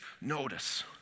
notice